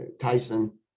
tyson